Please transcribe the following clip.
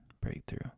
breakthrough